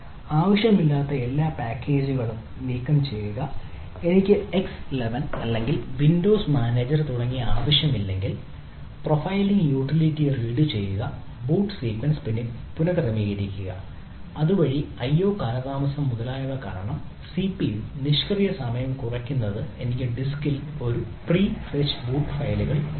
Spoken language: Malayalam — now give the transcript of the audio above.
ആവശ്യമില്ലാത്ത എല്ലാ പാക്കേജുകളും നീക്കംചെയ്യുക എനിക്ക് എക്സ് 11 അല്ലെങ്കിൽ വിൻഡോസ് മാനേജർ തുടങ്ങിയവ ആവശ്യമില്ലെങ്കിൽ പ്രൊഫൈലിംഗ് യൂട്ടിലിറ്റി ബൂട്ട് ഫയലുകൾ ലഭിക്കും